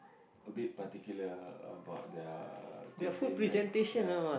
a bit particular about their cuisine right ya